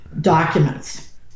documents